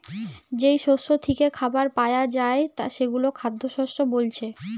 যেই শস্য থিকে খাবার পায়া যায় সেগুলো খাদ্যশস্য বোলছে